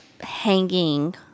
hanging